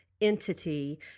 entity